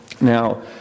Now